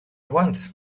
want